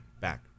back